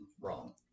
wrong